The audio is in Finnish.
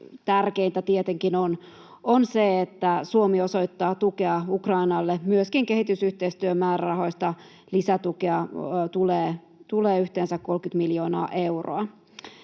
tärkeintä tietenkin on se, että Suomi osoittaa tukea Ukrainalle. Myöskin kehitysyhteistyömäärärahoista lisätukea tulee yhteensä 30 miljoonaa euroa.